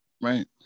Right